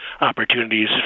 opportunities